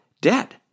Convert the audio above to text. debt